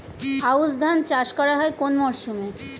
আউশ ধান চাষ করা হয় কোন মরশুমে?